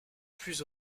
plus